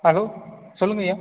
hello சொல்லுங்கள் ஐயா